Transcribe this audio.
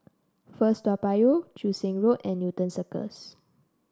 First Toa Payoh Joo Seng Road and Newton Circus